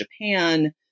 Japan